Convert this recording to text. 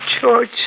George